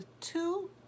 two